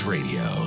Radio